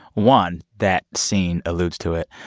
one, that scene alludes to it.